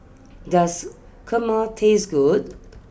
does Kurma taste good